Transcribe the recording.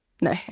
No